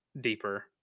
deeper